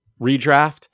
redraft